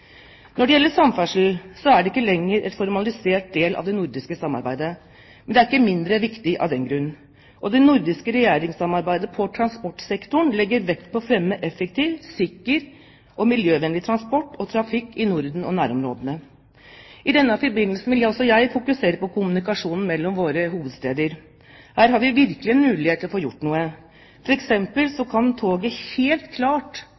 Når det gjelder samferdsel, er ikke det lenger en formalisert del av det nordiske samarbeidet, men det er ikke mindre viktig av den grunn. Det nordiske regjeringssamarbeidet innenfor transportsektoren legger vekt på å fremme effektiv, sikker og miljøvennlig transport og trafikk i Norden og nærområdene. I denne forbindelse vil også jeg fokusere på kommunikasjonen mellom våre hovedsteder. Her har vi virkelig en mulighet til å få gjort noe. For eksempel kan toget helt klart